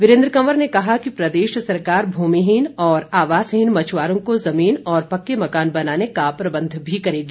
वीरेन्द्र कंवर ने कहा कि प्रदेश सरकार भूमिहीन और आवासहीन मछुआरों को जमीन और पक्के मकान बनाने का प्रबंध भी करेगी